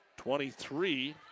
23